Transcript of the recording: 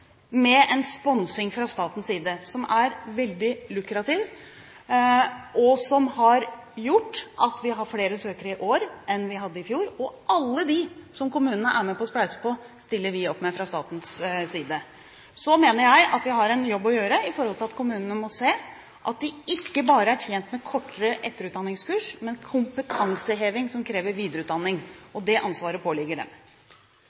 med en sponsing fra statens side som er veldig lukrativ, og som har gjort at vi har flere søkere i år enn vi hadde i fjor. For alle dem som kommunene er med å spleise på, stiller vi opp fra statens side. Så mener jeg at vi har en jobb å gjøre med å få kommunene til å se at de ikke bare er tjent med kortere etterutdanningskurs, men også kompetanseheving som krever videreutdanning. Det ansvaret påligger dem.